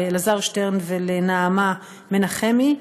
לאלעזר שטרן ולנעמה מנחמי,